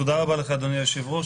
תודה רבה לך, אדוני היושב-ראש.